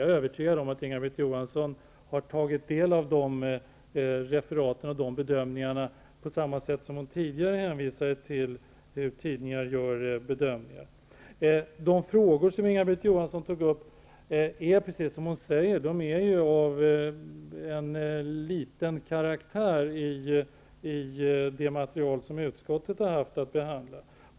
Jag är övertygad om att Inga-Britt Johansson har tagit del av de referaten, precis som hon tidigare hänvisade till hur tidningar gör bedömningar. De frågor som Inga-Britt Johansson tar upp är, precis som hon själv säger, av liten karaktär i det material som utskottet har haft att behandla.